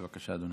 בבקשה, אדוני.